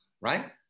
right